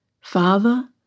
Father